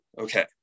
okay